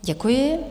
Děkuji.